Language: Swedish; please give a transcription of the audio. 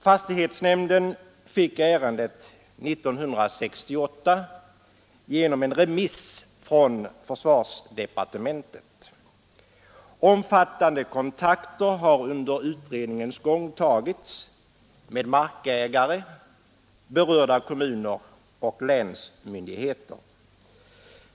Fastighetsnämnden fick ärendet 1968 genom en remiss från försvarsdepartementet. Omfattande kontakter har under utredningens gång tagits med markägare, berörda kommuner och länsmyndigheter.